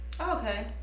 Okay